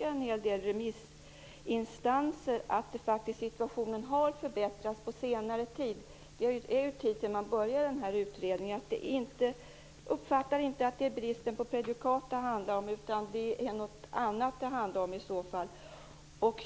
en hel del remissinstanser påpekar att situationen har förbättrats på senare tid. Det är en tid sedan man började utredningen. Man uppfattar inte att det handlar om bristen på prejudikat utan om någonting annat.